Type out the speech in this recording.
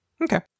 okay